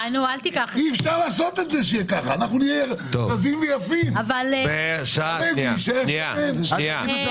אי אפשר לגרום לכך שאנחנו נהיה רזים ויפים ואחרים יישארו שמנים.